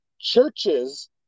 churches